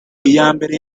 iyambere